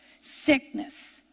Sickness